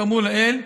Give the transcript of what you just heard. כאמור לעיל,